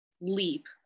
leap